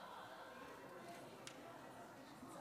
בהתחלה אני רוצה